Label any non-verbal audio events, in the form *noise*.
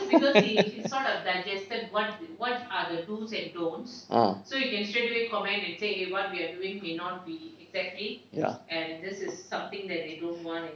*laughs* ah